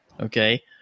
okay